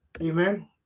Amen